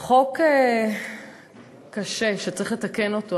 זה חוק קשה שצריך לתקן אותו.